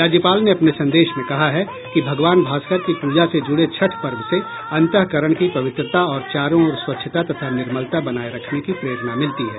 राज्यपाल ने अपने संदेश में कहा है कि भगवान भास्कर की पूजा से जूड़े छठ पर्व से अंतःकरण की पवित्रता और चारों ओर स्वच्छता तथा निर्मलता बनाये रखने की प्रेरणा मिलती है